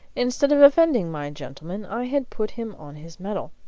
instead of offending my gentleman i had put him on his mettle,